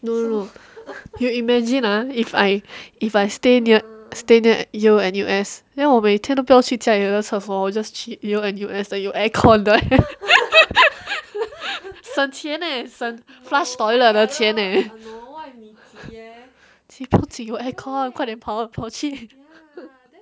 no you imagine ah if I if I stay near stay near Yale N_U_S then 我每天都不要去家里的厕所我 just 去 Yale N_U_S 的有 aircon 的 leh 省钱 leh 省 flush toilet 的钱 leh 急不急有 aircon 快点跑跑去